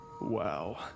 Wow